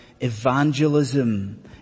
evangelism